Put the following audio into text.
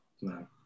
No